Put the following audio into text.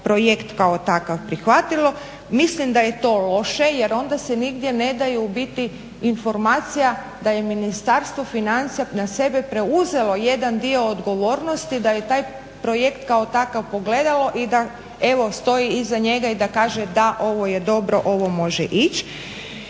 projekt kao takav prihvatilo. Mislim da je to loše, jer onda se nigdje ne daju u biti informacija da je Ministarstvo financija na sebe preuzelo jedan dio odgovornosti, da je taj projekt kao takav pogledalo i da evo stoji iza njega i da kaže, da ovo je dobro, ovo može ići.